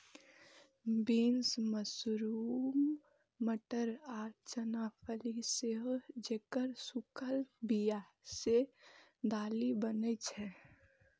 beans, मसूर, मटर आ चना फली छियै, जेकर सूखल बिया सं दालि बनै छै